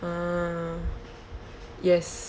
ah yes